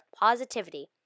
positivity